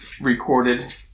recorded